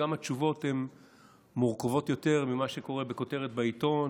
וגם התשובות מורכבות יותר ממה שקורה בכותרת בעיתון,